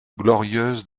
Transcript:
glorieuse